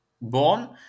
born